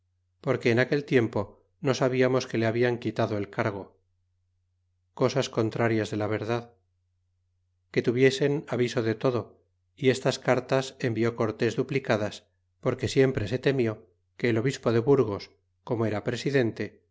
porque en aquel tiempo no sabiamos que le hablan quitado el cargo cosas contrarias de la verdad que tuviesen aviso de todo y estas cartas envió cortés duplicadas porque siempre se temió que el obispo de burgos como era presidente